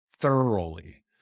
thoroughly